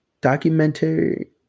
documentary –